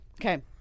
Okay